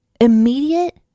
immediate